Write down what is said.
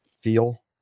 feel